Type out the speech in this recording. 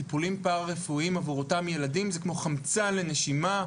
טיפולים פרא רפואיים עבור אותם ילדים זה כמו חמצן לנשימה,